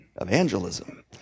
evangelism